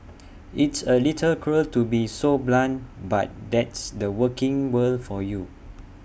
it's A little cruel to be so blunt but that's the working world for you